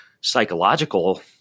psychological